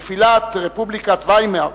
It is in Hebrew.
נפילת רפובליקת ויימאר